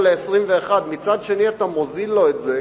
ל-21 ומצד שני אתה מוזיל לו את זה,